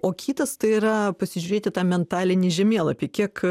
o kitas tai yra pasižiūrėti tą mentalinį žemėlapį kiek